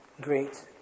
great